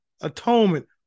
Atonement